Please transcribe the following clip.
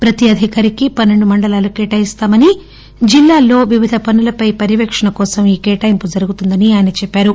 ప్రతి అధికారికి పన్పెండు మండలాలను కేటాయిస్తామని జిల్లాల్లో వివిధ పనులపై పర్యవేక్షణ కోసం ఈ కేటాయింపు జరుగుతుందని ఆయన చెప్పారు